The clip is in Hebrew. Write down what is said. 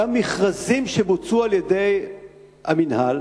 גם מכרזים שהוצאו על-ידי המינהל